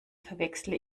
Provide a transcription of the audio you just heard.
verwechsle